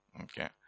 Okay